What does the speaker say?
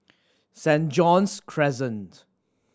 Saint John's Crescent